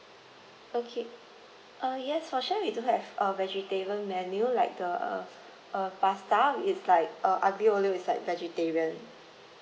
okay uh yes for sure we do have uh vegetarian menu like the uh uh pasta it's like uh aglio olio is like vegetarian